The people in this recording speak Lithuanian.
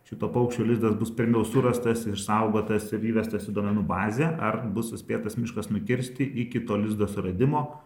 šito paukščio lizdas bus pirmiau surastas ir išsaugotas ir įvestas į duomenų bazę ar bus suspėtas miškas nukirsti iki to lizdo suradimo